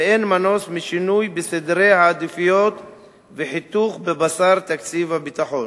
ואין מנוס משינוי בסדרי העדיפויות וחיתוך בבשר תקציב הביטחון.